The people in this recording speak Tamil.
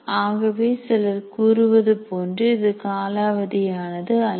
ஆகவே சிலர் கூறுவது போன்று இது காலாவதியானது அல்ல